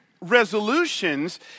Resolutions